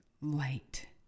light